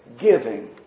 giving